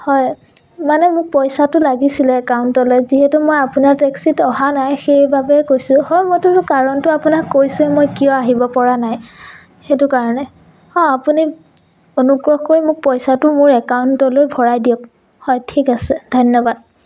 হয় মানে মোক পইচাটো লাগিছিলে একাউণ্টলে যিহেতু মই আপোনাৰ টেক্সীত অহা নাই সেইবাবেই কৈছোঁ হয় মইটোতো কাৰণটো আপোনাক কৈছোঁৱেই মই কিয় আহিব পৰা নাই সেইটো কাৰণে অঁ আপুনি অনুগ্ৰহ কৰি মোক পইচাটো মোৰ একাউণ্টলৈ ভৰাই দিয়ক হয় ঠিক আছে ধন্যবাদ